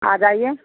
आ जाइए